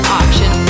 option